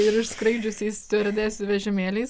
ir išskraidžiusiais stiuardesių vežimėliais